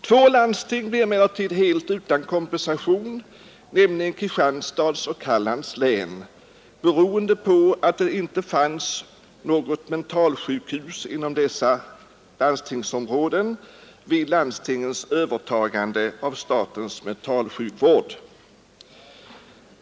Två landsting blir emellertid helt utan kompensation, nämligen de i Kristianstads och Hallands län, beroende på att det inte fanns några mentalsjukhus inom dessa landstingsområden vid landstingens övertagande av statens mentalsjukvård.